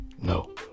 no